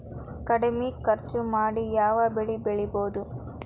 ಕಡಮಿ ಖರ್ಚ ಮಾಡಿ ಯಾವ್ ಬೆಳಿ ಬೆಳಿಬೋದ್?